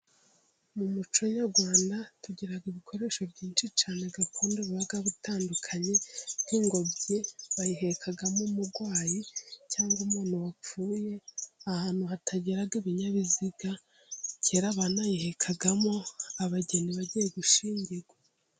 Mu muco nyarwanda tugira ibikoresho byinshi cyane gakondo biba bitandukanye nk'ingobyi bayihekagamo umurwayi cyangwa umuntu wapfuye, ahantu hatagira ibinyabiziga, kera banayihekagamo abageni bagiye gushinyingirwa.